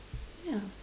ya